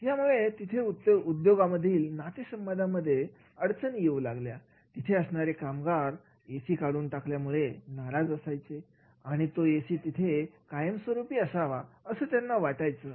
असल्यामुळे तिथे उद्योगातील नाते संबंधांमध्ये समस्यायेऊ लागल्या तिथे असणारे कामगार एसी काढून टाकल्यामुळे नाराज असायचे आणि तो ऐसी तिथे कायमस्वरूपी असावा असं त्यांना वाटायचं